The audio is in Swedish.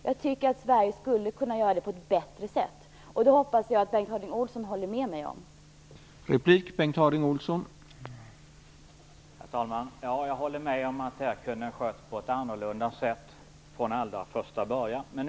Jag tycker att Sverige skulle kunna göra det på ett bättre sätt, och jag hoppas att Bengt Harding Olson håller med mig om det.